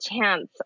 chance